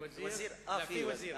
וזיר,